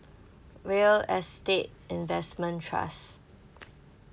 real estate investment trust